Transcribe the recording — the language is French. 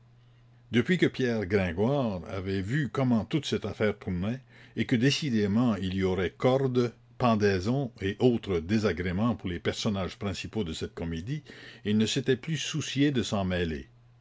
depuis que pierre gringoire avait vu comment toute cette affaire tournait et que décidément il y aurait corde pendaison et autres désagréments pour les personnages principaux de cette comédie il ne s'était plus soucié de s'en mêler